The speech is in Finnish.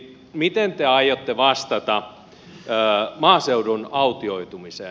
miten te aiotte vastata maaseudun autioitumiseen